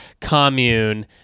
commune